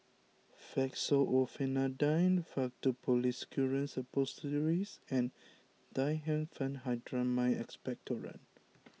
Fexofenadine Faktu Policresulen Suppositories and Diphenhydramine Expectorant